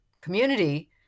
community